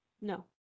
No